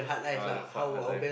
ah the fast hard life